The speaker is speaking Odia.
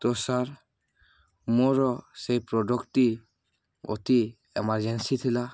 ତ ସାର୍ ମୋର ସେହି ପ୍ରଡ଼କ୍ଟ୍ଟି ଅତି ଏମାର୍ଜେନ୍ସି ଥିଲା